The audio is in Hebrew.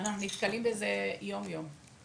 אנחנו נתקלים בזה יום יום.